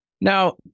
Now